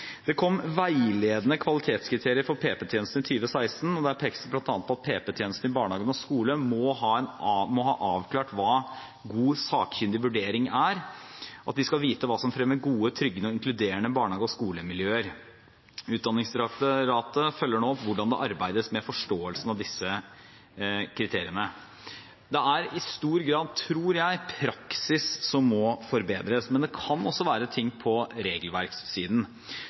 Det kom veiledende kvalitetskriterier for PP-tjenesten i 2016, og der pekes det bl.a. på at PP-tjenesten i barnehagen og skolen må ha avklart hva god sakkyndig vurdering er, at de skal vite hva som fremmer gode, tryggende og inkluderende barnehage- og skolemiljøer. Utdanningsdirektoratet følger nå opp hvordan det arbeides med forståelsen av disse kriteriene. Det er i stor grad, tror jeg, praksis som må forbedres, men det kan også være ting på regelverkssiden.